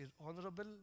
honorable